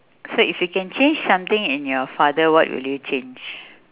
so if you can change something in your father what will you change